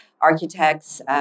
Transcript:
architects